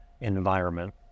environment